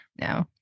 No